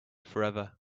forever